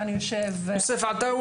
כאן יושב יוסף עטאונה,